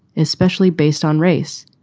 especially based on race.